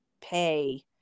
pay